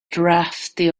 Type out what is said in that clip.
drafty